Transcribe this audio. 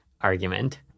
argument